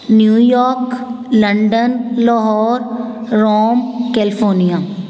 New York London Lahore Rome California